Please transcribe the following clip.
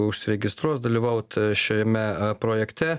užsiregistruos dalyvaut šiame projekte